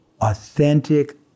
authentic